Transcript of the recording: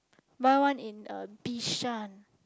buy one in uh Bishan